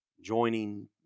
joining